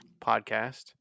podcast